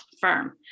firm